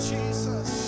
Jesus